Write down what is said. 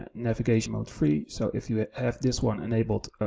navigational free. so if you have this one enabled,